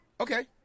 Okay